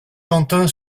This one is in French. quentin